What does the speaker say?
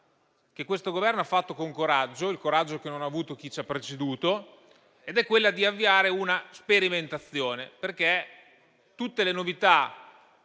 che questo Governo ha fatto con coraggio: il coraggio che non ha avuto chi ci ha preceduto. È il coraggio di avviare una sperimentazione, perché tutte le novità